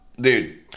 dude